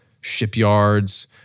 shipyards